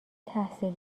تحصیل